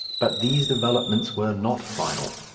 but these developments were not final,